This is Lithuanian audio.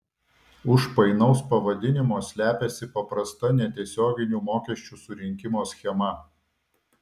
už painaus pavadinimo slepiasi paprasta netiesioginių mokesčių surinkimo schema